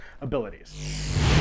abilities